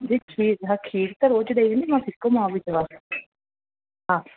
जी खीर हा खीर त रोज ॾई वेंदव मां फिको मावो थी चवां हा